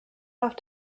off